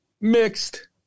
mixed